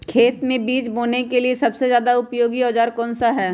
खेत मै बीज बोने के लिए सबसे ज्यादा उपयोगी औजार कौन सा होगा?